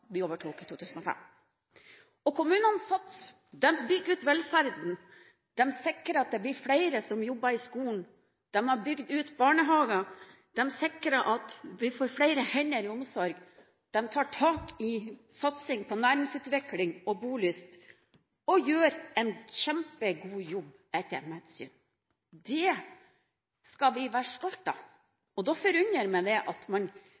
vi overtok i 2005. Kommunene satser, de bygger velferden, de sikrer at det blir flere som jobber i skolen, de har bygd ut barnehager, de sikrer at vi får flere hender i omsorgen, de tar tak i satsing på næringsutvikling og bolyst og gjør en kjempegod jobb etter mitt syn. Det skal vi være stolte av. Da forundrer det meg at man